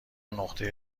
نقطه